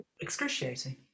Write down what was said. excruciating